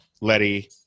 letty